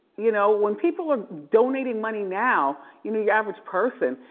you know, when people are donating money now, you know, your average person,